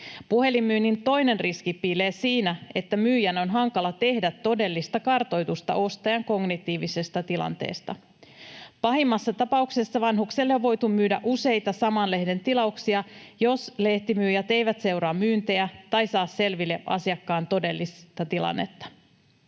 Puhelinmyynnin toinen riski piilee siinä, että myyjän on hankala tehdä todellista kartoitusta ostajan kognitiivisesta tilanteesta. Pahimmassa tapauksessa vanhukselle on voitu myydä useita saman lehden tilauksia, jos lehtimyyjät eivät seuraa myyntejä tai saa selville asiakkaan todellista tilannetta.